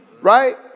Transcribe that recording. Right